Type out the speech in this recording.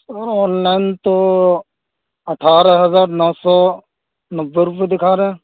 سر online تو اٹھارہ ہزار نو سو نبّے روپیے دکھا رہے ہیں